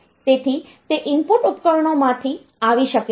તેથી તે ઇનપુટ ઉપકરણોમાંથી આવી શકે છે